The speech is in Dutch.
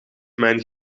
mijn